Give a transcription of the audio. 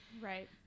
right